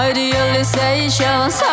Idealizations